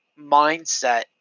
mindset